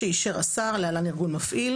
שאישר השר (להלן - ארגון מפעיל),